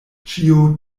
ĉio